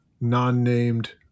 non-named